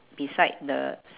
beside the s~